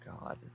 God